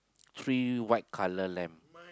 three white colour lamb